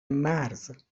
مرز